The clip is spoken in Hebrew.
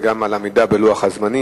גם על העמידה בלוח הזמנים.